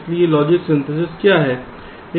इसलिए logic synthesis क्या है